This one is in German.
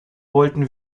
wollten